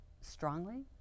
strongly